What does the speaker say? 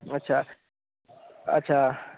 अच्छा अच्छा